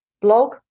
blog